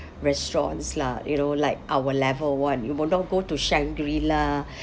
restaurants lah you know like our level one you will not go to shangri-la